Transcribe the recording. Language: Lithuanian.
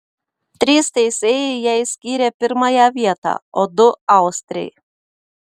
trys teisėjai jai skyrė pirmąją vietą o du austrei